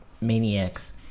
maniacs